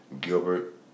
Gilbert